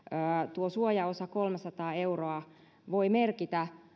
tuo suojaosa kolmesataa euroa voi merkitä